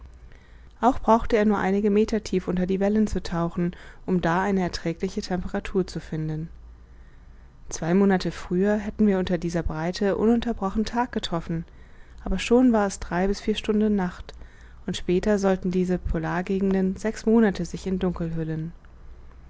auch brauchte er nur einige meter tief unter die wellen zu tauchen um da eine erträgliche temperatur zu finden zwei monate früher hätten wir unter dieser breite ununterbrochenen tag getroffen aber schon ward es drei bis vier stunden nacht und später sollten diese polargegenden sechs monate sich in dunkel hüllen